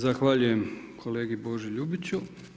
Zahvaljujem kolegi Boži Ljubiću.